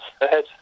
ahead